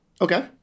Okay